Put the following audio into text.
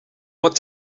what